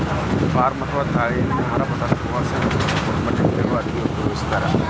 palm ಅಥವಾ ತಾಳೆಎಣ್ಣಿನಾ ಆಹಾರ ಪದಾರ್ಥಗಳ ಸುವಾಸನೆ ಮತ್ತ ಅದರ ಗುಣಮಟ್ಟಕ್ಕ ಕೆಲವು ಅಡುಗೆಗ ಉಪಯೋಗಿಸ್ತಾರ